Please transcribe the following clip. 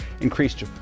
increased